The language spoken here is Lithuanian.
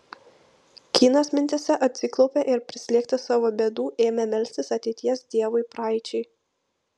kynas mintyse atsiklaupė ir prislėgtas savo bėdų ėmė melstis ateities dievui praeičiai